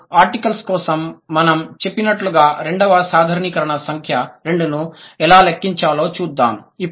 ఇప్పుడు ఆర్టికల్స్ కోసం మనం చేసినట్లుగా రెండవ సాధారణీకరణ సంఖ్య 2 ను ఎలా లెక్కించాలో చూద్దాం